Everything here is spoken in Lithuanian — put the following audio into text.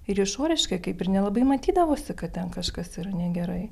ir išoriškai kaip ir nelabai matydavosi kad ten kažkas yra negerai